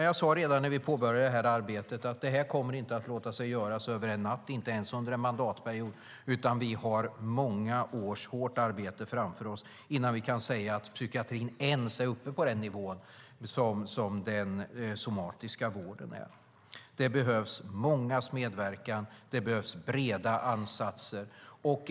Jag sade redan när vi påbörjade det här arbetet att detta inte kommer att låta sig göras över en natt, inte ens under en mandatperiod, utan vi har många års hårt arbete framför oss innan vi kan säga att psykiatrin ens är uppe på den nivå som den somatiska vården är. Det behövs mångas medverkan och breda ansatser.